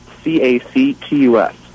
C-A-C-T-U-S